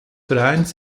vereins